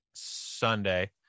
Sunday